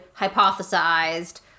hypothesized